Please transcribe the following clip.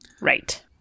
right